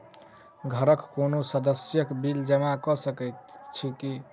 घरक कोनो सदस्यक बिल जमा कऽ सकैत छी की?